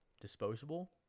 disposable